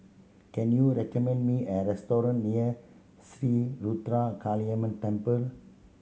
can you recommend me a restaurant near Sri Ruthra Kaliamman Temple